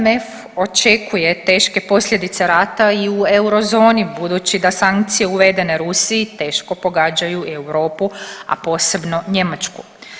MMF očekuje teške posljedice rata i u eurozoni budući da sankcije uvedene Rusiji teško pogađaju Europu, a posebno Njemačku.